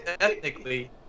ethnically